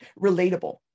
relatable